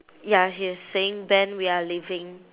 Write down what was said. ya he's saying ben we are leaving